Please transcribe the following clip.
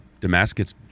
Damascus